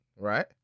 right